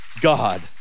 God